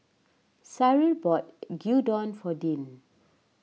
Cyril bought Gyudon for Dean